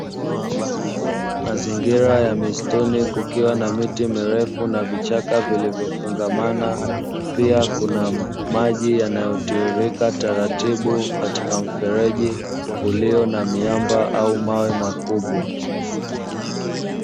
Mazingira ya misituni, kukiwa na miti mirefu na vichaka vilivyofungamana, pia kuna maji yanayotiririka taratibu katika mfereji uliona miamba au mawe makubwa.